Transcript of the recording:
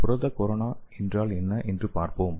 புரத கொரோனா என்றால் என்ன என்று பார்ப்போம்